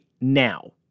now